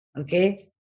okay